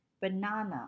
banana